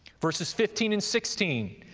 verses fifteen and sixteen.